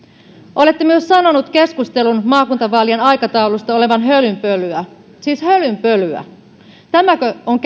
olette myös sanonut keskustelun maakuntavaalien aikataulusta olevan hölynpölyä siis hölynpölyä tämäkö on